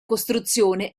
costruzione